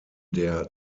der